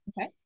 Okay